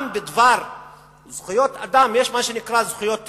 גם בדבר זכויות אדם יש מה שנקרא זכויות טבעיות,